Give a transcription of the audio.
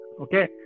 okay